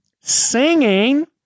Singing